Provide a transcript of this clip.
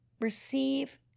receive